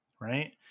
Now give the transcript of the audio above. right